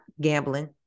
Gambling